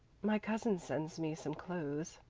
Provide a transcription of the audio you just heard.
my cousin sends me some clothes.